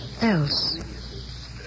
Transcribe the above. else